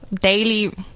daily